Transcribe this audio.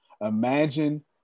Imagine